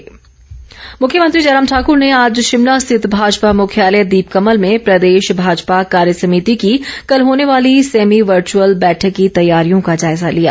जयराम मुख्यमंत्री जयराम ठाकुर ने आज शिमला स्थित भाजपा मुख्यालय दीपकमल में प्रदेश भाजपा कार्यसभिति की कल होने वाली सैमी वर्च्यअल बैठक की तैयारियों का जायजा लिया